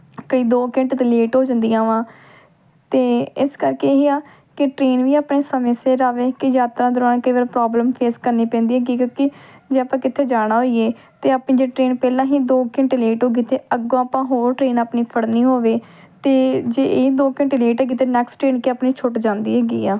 ਕਈ ਦੋ ਘੰਟੇ ਤੋਂ ਲੇਟ ਹੋ ਜਾਂਦੀਆਂ ਵਾਂ ਅਤੇ ਇਸ ਕਰਕੇ ਹੀ ਆ ਕਿ ਟ੍ਰੇਨ ਵੀ ਆਪਣੇ ਸਮੇਂ ਸਿਰ ਆਵੇ ਕਿ ਯਾਤਰਾ ਦੋਰਾਨ ਕਈ ਵਾਰ ਪ੍ਰੋਬਲਮ ਫੇਸ ਕਰਨੀ ਪੈਂਦੀ ਹੈਗੀ ਕਿਉਂਕਿ ਜੇ ਆਪਾਂ ਕਿਤੇ ਜਾਣਾ ਹੋਈਏ ਅਤੇ ਆਪਣੀ ਜਿਹੜੀ ਟ੍ਰੇਨ ਪਹਿਲਾਂ ਹੀ ਦੋ ਘੰਟੇ ਲੇਟ ਹੋ ਗਈ ਅਤੇ ਅੱਗੋਂ ਆਪਾਂ ਹੋਰ ਟ੍ਰੇਨ ਆਪਣੀ ਫੜਨੀ ਹੋਵੇ ਅਤੇ ਜੇ ਇਹ ਦੋ ਘੰਟੇ ਲੇਟ ਹੈਗੀ ਅਤੇ ਨੈਕਸਟ ਟ੍ਰੇਨ ਕਿ ਆਪਣੀ ਛੁੱਟ ਜਾਂਦੀ ਹੈਗੀ ਆ